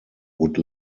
would